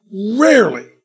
Rarely